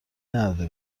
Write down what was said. نداده